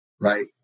right